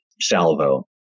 salvo